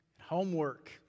homework